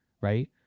right